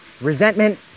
Resentment